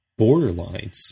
borderlines